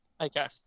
okay